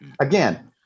again